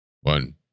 One